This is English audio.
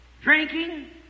drinking